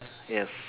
yes